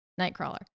Nightcrawler